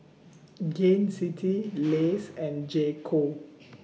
Gain City Lays and J Co